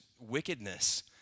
wickedness